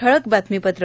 ठळक बातमीपत्र